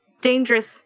dangerous